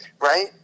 right